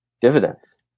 dividends